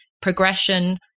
progression